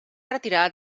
retirar